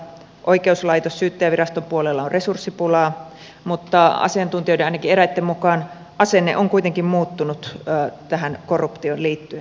oikeuslaitoksen ja syyttäjänviraston puolella on resurssipulaa mutta asiantuntijoiden ainakin eräitten mukaan asenne on kuitenkin muuttunut korruptioon liittyen mikä on positiivista